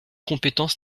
compétence